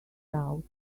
out